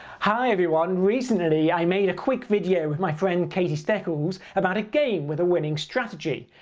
hi, everyone! recently, i made a quick video with my friend, katie steckles, about a game with a winning strategy.